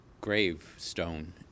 gravestone